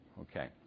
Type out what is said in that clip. Okay